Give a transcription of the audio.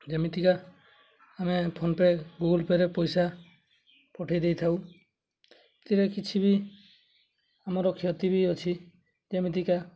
ଯେମିତିକା ଆମେ PhonePe Google ପେରେ ପଇସା ପଠାଇ ଦେଇଥାଉ ଏଥିରେ କିଛି ବି ଆମର କ୍ଷତି ବି ଅଛି ଯେମିତିକା